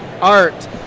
art